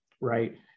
Right